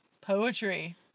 poetry